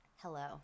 Hello